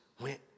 went